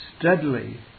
steadily